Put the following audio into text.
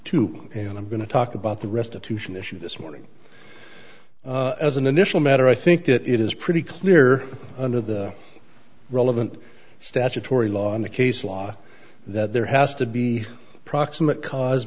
two and i'm going to talk about the restitution issue this morning as an initial matter i think that it is pretty clear under the relevant statutory law in the case law that there has to be proximate cause